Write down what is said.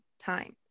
time